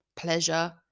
pleasure